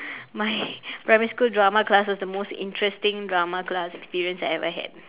my primary school drama class was the most interesting drama class experience I ever had